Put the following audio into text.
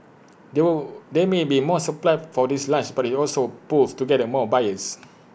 there will there may be more supply for this launch but IT also pools together more buyers